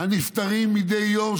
הנפטרים מדי יום,